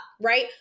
right